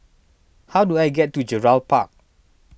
how do I get to Gerald Park